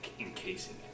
encasing